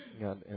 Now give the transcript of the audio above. God